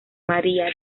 maría